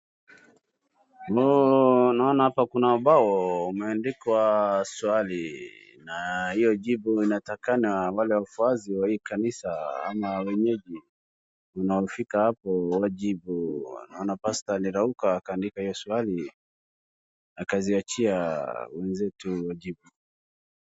Naona hapa kuna ubao umeandikwa swali na hiyo jibu inatakikana wale wafuasi wa hii kanisa ama wenyeji wanaofika hapo wajibu. Naona pasta alirauka akaandika hiyo swali akaziachia wenzetu wajibu.